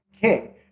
king